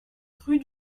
rue